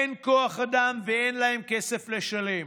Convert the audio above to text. אין כוח אדם ואין להם כסף לשלם,